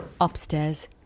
Upstairs